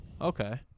Okay